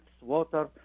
water